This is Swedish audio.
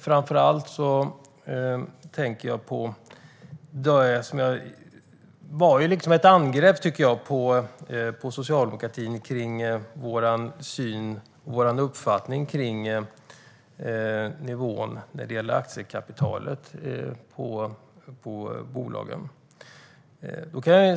Framför allt var det ett angrepp på socialdemokratin för vår uppfattning om nivån på aktiekapitalet i bolagen.